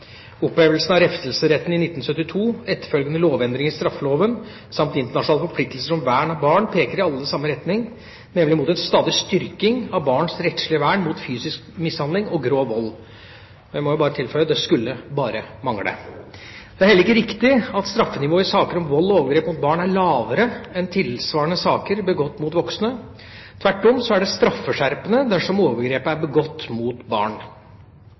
av refselsesretten i 1972, etterfølgende lovendringer i straffeloven samt internasjonale forpliktelser om vern av barn peker alle i samme retning, nemlig mot en stadig styrking av barns rettslige vern mot fysisk mishandling og grov vold. Jeg må bare tilføye: Det skulle bare mangle. Det er heller ikke riktig at straffenivået i saker om vold og overgrep mot barn er lavere enn i tilsvarende saker med overgrep begått mot voksne. Tvert om er det straffeskjerpende dersom overgrepet er begått mot barn.